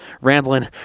rambling